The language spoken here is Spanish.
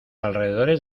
alrededores